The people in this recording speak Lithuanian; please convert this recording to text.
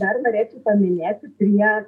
dar norėčiau paminėti prie